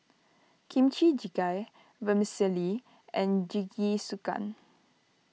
Kimchi Jjigae Vermicelli and Jingisukan